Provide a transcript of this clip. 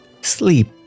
Sleep